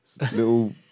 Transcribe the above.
little